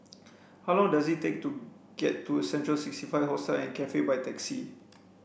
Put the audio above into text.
how long does it take to get to Central sixty five Hostel Cafe by taxi